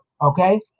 Okay